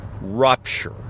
rupture